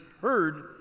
heard